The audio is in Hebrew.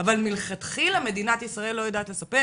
אבל מלכתחילה מדינת ישראל לא יודעת לספר